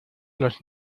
los